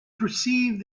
perceived